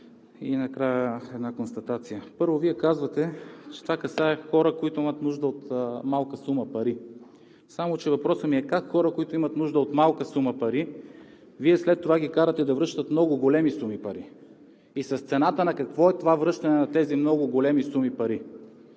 и накрая една констатация. Първо, Вие казвате, че това касае хора, които имат нужда от малка сума пари. Въпросът ми е: как хората, които имат нужда от малка сума пари, Вие след това ги карате да връщат много големи суми пари? С цената на какво е това връщане на тези много големи суми пари